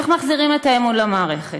איך מחזירים את האמון למערכת?